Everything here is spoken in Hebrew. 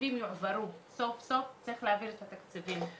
ושהתקציבים יועברו, צריך להעביר את התקציבים.